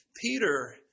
Peter